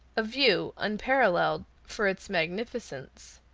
a view unparalleled for its magnificence.